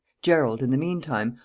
gerald, in the mean time,